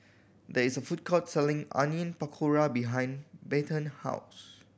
there is a food court selling Onion Pakora behind Bethann house